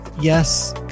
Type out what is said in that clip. Yes